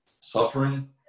suffering